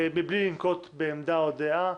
מבלי לנקוט בעמדה או דעה,